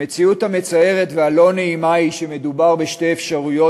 המציאות המצערת והלא-נעימה היא שמדובר בשתי אפשרויות,